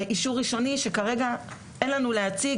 אישור ראשוני שכרגע אין לנו להציג.